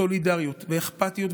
סולידריות ואכפתיות,